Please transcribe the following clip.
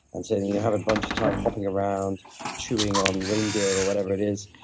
and so then you have a bunch of time hopping around chewing on reindeer or whatever it is.